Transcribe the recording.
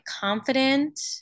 confident